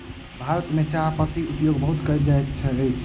भारत में चाह पत्तीक उपयोग बहुत कयल जाइत अछि